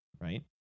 right